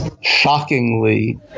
Shockingly